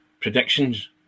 predictions